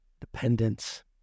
dependence